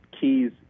keys